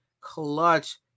clutch